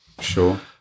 Sure